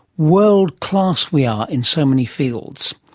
world class we are in so many fields.